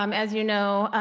um as you know,